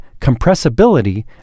compressibility